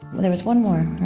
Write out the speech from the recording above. there was one more